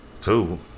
two